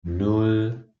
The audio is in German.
nan